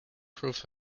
prove